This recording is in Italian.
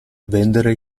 vendere